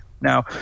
Now